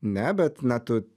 ne bet na tu